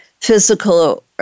physical